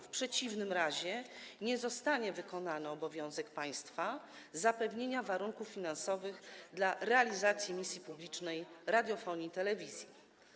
W przeciwnym razie nie zostanie wykonany obowiązek państwa w zakresie zapewnienia warunków finansowych dla realizacji misji publicznej radiofonii i telewizji.